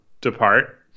depart